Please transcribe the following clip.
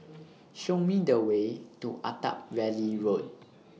Show Me The Way to Attap Valley Road